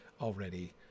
already